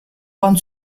buon